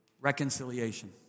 Reconciliation